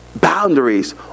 boundaries